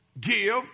Give